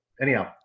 Anyhow